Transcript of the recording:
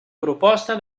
proposta